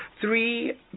three